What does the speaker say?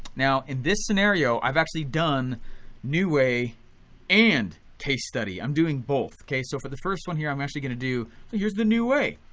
now in this scenario i've actually done new way and case study, i'm doing both. so for the first one here i'm actually gonna do here's the new way,